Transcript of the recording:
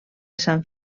sant